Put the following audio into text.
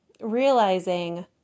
realizing